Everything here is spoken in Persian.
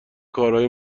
کارهای